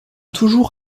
toujours